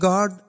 God